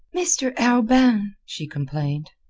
mr. arobin, she complained,